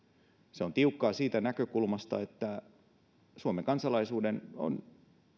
se on tiukkaa siitä näkökulmasta että suomen kansalaisuutta on